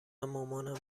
مامانم